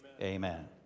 Amen